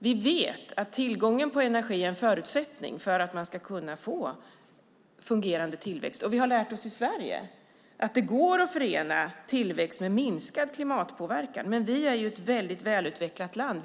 Vi vet att tillgången på energi är en förutsättning för att man ska kunna få fungerande tillväxt. I Sverige har vi lärt oss att det går att förena tillväxt med minskad klimatpåverkan, men vi är ett mycket välutvecklat land.